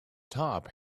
top